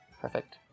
Perfect